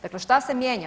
Dakle šta se mijenja?